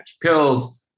pills